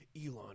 Elon